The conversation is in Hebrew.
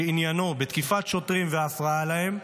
שעניינו בתקיפת שוטרים והפרעה להם,